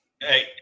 Hey